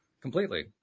completely